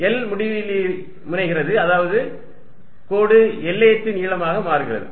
L முடிவிலிக்கு முனைகிறது அதாவது கோடு எல்லையற்ற நீளமாக மாறுகிறது